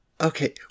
Okay